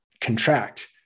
contract